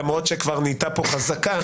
למרות שכבר נהייתה פה חזקה,